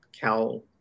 Cal